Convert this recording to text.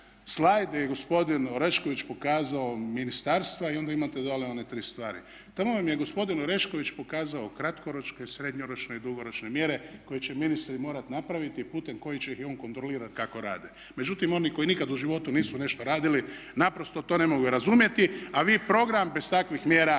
gdje je gospodin Orešković pokazao ministarstva i onda imate dolje one tri stvari. Tamo vam je gospodin Orešković pokazao kratkoročne i srednjoročne i dugoročne mjere koje će ministri morati napraviti putem kojih će ih on kontrolirati kako rade. Međutim, oni koji nikad u životu nisu nešto radili naprosto to ne mogu razumjeti a vi program bez takvih mjera